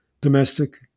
domestic